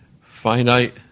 finite